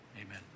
amen